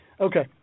Okay